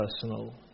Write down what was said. personal